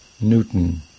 Newton